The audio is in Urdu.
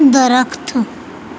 درخت